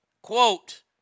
Quote